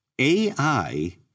AI